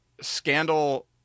Scandal